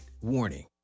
Warning